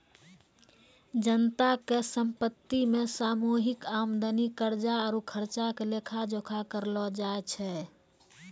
जनता के संपत्ति मे सामूहिक आमदनी, कर्जा आरु खर्चा के लेखा जोखा करलो जाय छै